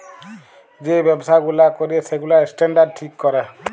যে ব্যবসা গুলা ক্যরে সেগুলার স্ট্যান্ডার্ড ঠিক ক্যরে